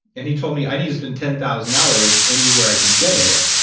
and he told me, i need to spend ten thousand hours anywhere i can get it.